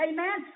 Amen